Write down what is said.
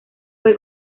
fue